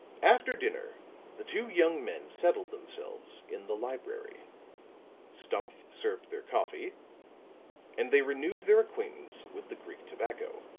after dinner the two young men settled themselves in the library stumph served their coffee and they renewed their acquaintance with the greek tobacco.